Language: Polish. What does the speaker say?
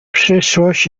przyszłość